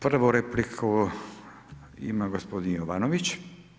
Prvu repliku ima gospodin Jovanović.